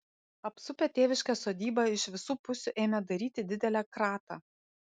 apsupę tėviškės sodybą iš visų pusių ėmė daryti didelę kratą